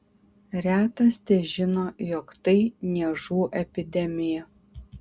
retas težino jog tai niežų epidemija